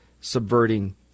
subverting